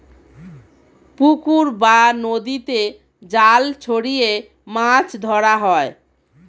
পুকুর বা নদীতে জাল ছড়িয়ে মাছ ধরা হয়